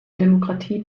demokratie